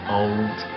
old